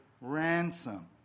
ransom